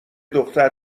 دختر